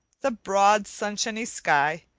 the broad, sunshiny sky,